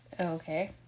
okay